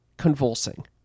convulsing